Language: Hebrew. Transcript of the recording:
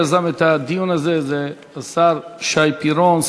מי שיזם את הדיון הזה הוא חבר הכנסת שי פירון,